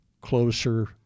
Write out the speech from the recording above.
closer